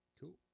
Cool